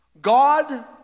God